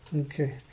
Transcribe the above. Okay